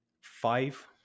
five